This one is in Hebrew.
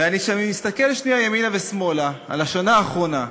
וכשאני מסתכל שנייה ימינה ושמאלה על השנה האחרונה,